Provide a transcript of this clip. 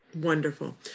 wonderful